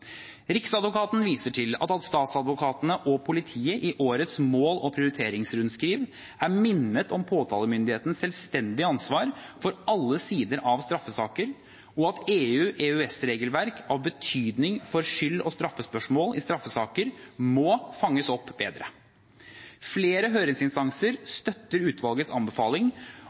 Riksadvokaten viser til at statsadvokatene og politiet i årets mål- og prioriteringsrundskriv er minnet om påtalemyndighetens selvstendige ansvar for alle sider av straffesaker, og at EU/EØS-regelverk av betydning for skyld- og straffespørsmålet i straffesaker må fanges opp bedre. Flere høringsinstanser støtter utvalgets